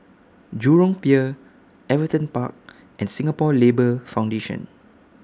Jurong Pier Everton Park and Singapore Labour Foundation